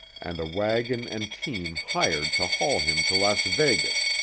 and a wagon and team hired to haul him to las vegas,